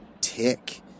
tick